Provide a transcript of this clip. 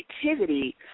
creativity